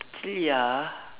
actually ya